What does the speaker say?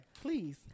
please